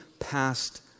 past